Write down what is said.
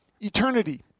eternity